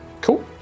Cool